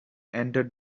entered